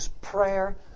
prayer